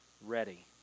ready